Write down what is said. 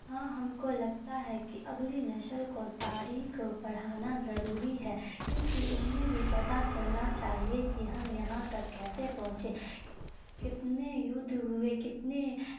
ہاں ہم کو لگتا ہے کہ اگلی نسل کو تاریخ پڑھانا ضروری ہے کیونکہ انہیں بھی پتہ چلنا چاہیے کہ ہم یہاں تک کیسے پہنچے کتنے یدھ ہوئے کتنے